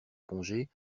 congé